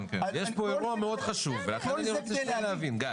יש פה אירוע מאוד חשוב ואני רוצה להבין, גיא.